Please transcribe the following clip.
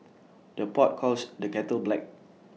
the pot calls the kettle black